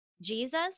Jesus